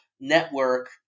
network